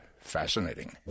fascinating